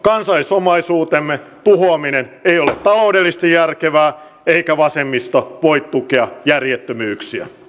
kansallisomaisuutemme tuhoaminen ei ole taloudellisesti järkevää eikä vasemmisto voi tukea järjettömyyksiä